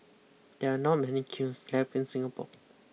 there are not many kilns left in Singapore